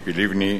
ציפי לבני,